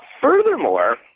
Furthermore